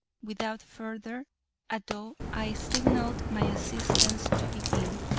without further ado i signaled my assistants to begin.